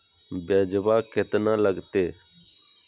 ब्यजवा केतना लगते?